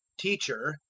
teacher,